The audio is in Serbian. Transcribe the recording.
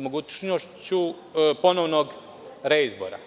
mogućnošću ponovnog reizbora.